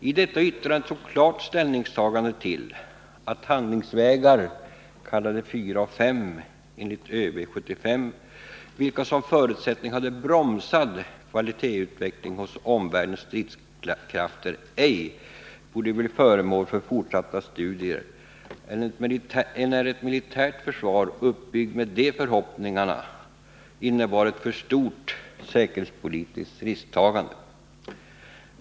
I detta yttrande togs det ett klart ställningstagande för att de handlingsvägar, kallade 4 och 5 enligt ÖB 75, vilka som förutsättning hade en bromsning av kvalitetsutvecklingen av omvärldens stridskrafter ej borde bli föremål för fortsatta studier, enär ett militärt försvar uppbyggt på dessa förhoppningar skulle innebära ett för stort säkerhetspolitiskt risktagande.